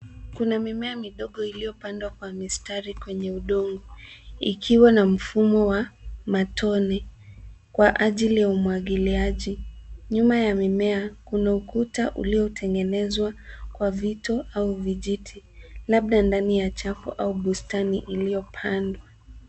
Kuna mimea midogo iliyopandwa kwa mistari kwenye udongo ikiwa na mfumo wa matone kwa ajili ya umwagiliaji. Nyuma ya mimea, kuna ukuta uliotengenezwa kwa vito au vijiti, labda ndani ya chafu au bustani iliyopandwa.